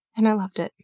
and i loved it.